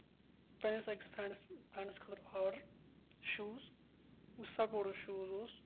تۄہہِ ٲس أکِس فرٛینٛڈٕس فرٛٮ۪نٛڈٕس خٲطرٕ آرڈَر شوٗز یُس سَپوٹٕس شوٗز اوس